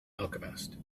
alchemist